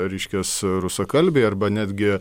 reiškias rusakalbiai arba netgi